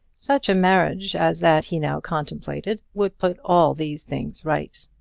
such a marriage as that he now contemplated would put all these things right.